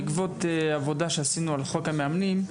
בעקבות עבודה שעשינו על חוק המאמנים,